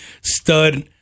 stud